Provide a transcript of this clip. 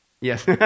Yes